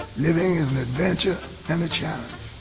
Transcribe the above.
living is an adventure and a challenge.